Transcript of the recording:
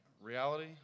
reality